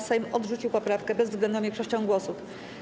Sejm odrzucił poprawkę bezwzględną większością głosów.